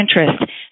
interest